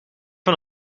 van